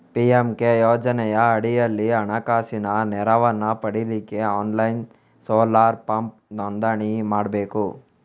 PMK ಯೋಜನೆಯ ಅಡಿಯಲ್ಲಿ ಹಣಕಾಸಿನ ನೆರವನ್ನ ಪಡೀಲಿಕ್ಕೆ ಆನ್ಲೈನ್ ಸೋಲಾರ್ ಪಂಪ್ ನೋಂದಣಿ ಮಾಡ್ಬೇಕು